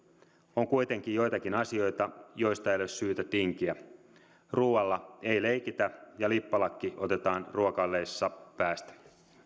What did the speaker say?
on kuitenkin joitakin asioita joista ei ole syytä tinkiä ruualla ei leikitä ja lippalakki otetaan ruokaillessa päästä